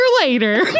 later